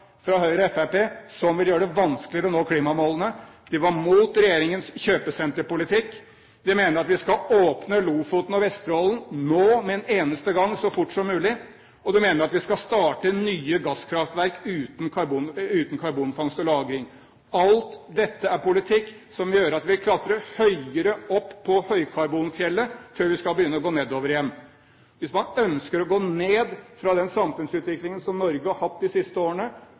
fra Høyre og Fremskrittspartiet som vil gjøre det vanskeligere å nå klimamålene. De var imot regjeringens kjøpesenterpolitikk. De mener at vi skal åpne Lofoten og Vesterålen nå med en eneste gang, så fort som mulig, og de mener at vi skal starte nye gasskraftverk uten karbonfangst og -lagring. Alt dette er politikk som vil gjøre at vi vil klatre høyere opp på høykarbonfjellet, før vi skal begynne å gå nedover igjen. Hvis man ønsker å gå ned fra den samfunnsutviklingen som Norge har hatt de siste årene,